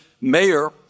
mayor